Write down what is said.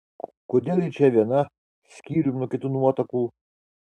kodėl ji čia viena skyrium nuo kitų nuotakų